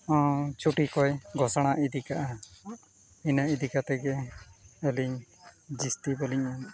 ᱚᱱᱟ ᱪᱷᱩᱴᱤ ᱠᱚᱭ ᱜᱷᱳᱥᱚᱱᱟ ᱤᱫᱤ ᱠᱟᱜᱼᱟ ᱤᱱᱟᱹ ᱤᱫᱤ ᱠᱟᱛᱮᱫ ᱜᱮ ᱟᱹᱞᱤᱧ ᱡᱟᱹᱥᱛᱤ ᱵᱟᱹᱞᱤᱧ